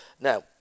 now